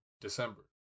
December